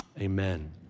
amen